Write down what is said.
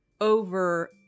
over